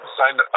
signed